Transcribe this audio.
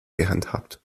gehandhabt